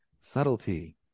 subtlety